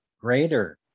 greater